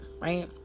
right